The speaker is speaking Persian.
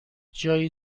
جایی